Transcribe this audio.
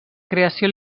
creació